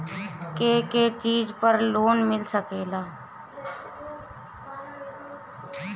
के के चीज पर लोन मिल सकेला?